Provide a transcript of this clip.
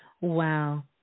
Wow